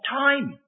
time